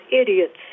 idiots